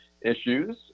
issues